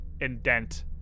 indent